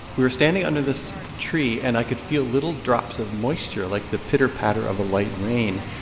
we were standing under this tree. and i could feel little drops of moisture, like the pitter patter of a light rain.